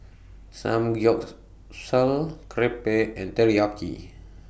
Samgyeopsal Crepe and Teriyaki